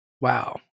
wow